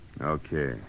Okay